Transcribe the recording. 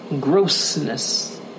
Grossness